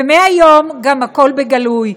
ומהיום גם הכול גלוי.